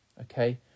Okay